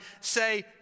say